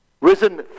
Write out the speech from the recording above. Risen